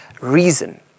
reason